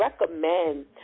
recommend